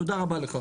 תודה רבה.